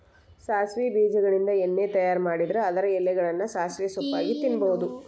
ಸಾಸವಿ ಬೇಜಗಳಿಂದ ಎಣ್ಣೆ ತಯಾರ್ ಮಾಡಿದ್ರ ಅದರ ಎಲೆಗಳನ್ನ ಸಾಸಿವೆ ಸೊಪ್ಪಾಗಿ ತಿನ್ನಬಹುದು